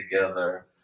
together